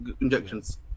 injections